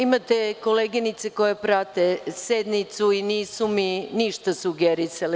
Imate koleginice koje prate sednicu i nisu mi ništa sugerisale.